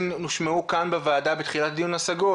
הושמעו כאן בוועדה בתחילת הדיון השגות.